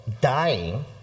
dying